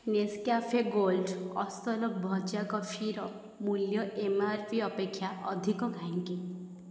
Nescafe gold ଅସଲ ଭଜା କଫିର ମୂଲ୍ୟ ଏମ୍ ଆର୍ ପି ଅପେକ୍ଷା ଅଧିକ କାହିଁକି